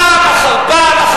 פעם אחר פעם,